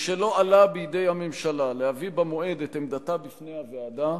משלא עלה בידי הממשלה להביא במועד את עמדתה בפני הוועדה,